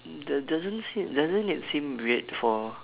do~ doesn't seem doesn't it seem weird for